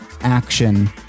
action